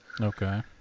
Okay